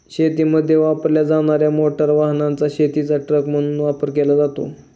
शेतीमध्ये वापरल्या जाणार्या मोटार वाहनाचा शेतीचा ट्रक म्हणून वापर केला जातो